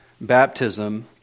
baptism